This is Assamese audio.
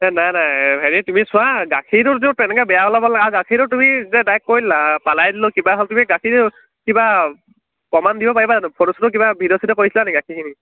নাই নাই ভাইটি তুমি চোৱা গাখীৰটোৰ যিটো তেনেকৈ বেয়া ওলাব নালাগে আৰু গাখীৰটো তুমি যে ডাইৰেক্ট কৈ দিলা পেলাই দিলোঁ কিবা হ'ল তুমি গাখীৰটো কিবা প্ৰমাণ দিব পাৰিবা জানো ফটো চটো কিবা ভিডিঅ' চিডিঅ' কৰিছিলা নেকি গাখীৰখিনিৰ